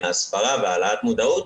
הסברה והעלאת מודעות,